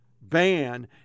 Ban